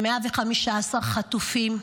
115 חטופים,